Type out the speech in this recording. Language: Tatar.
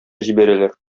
җибәрәләр